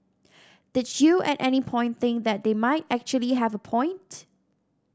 did you at any point think that they might actually have a point